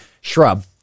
Shrub